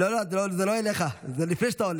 לא, לא, זה לא אליך, זה עוד לפני שאתה עולה.